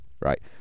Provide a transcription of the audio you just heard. right